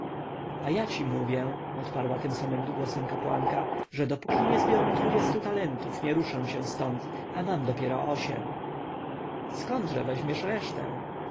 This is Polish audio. a ja ci mówię odparła tym samym głosem kapłanka że dopóki nie zbiorę dwudziestu talentów nie ruszę się stąd a mam dopiero osiem skądże weźmiesz resztę